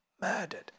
murdered